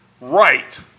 right